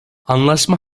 anlaşma